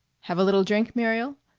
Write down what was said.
have a little drink, muriel?